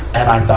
and i thought,